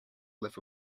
live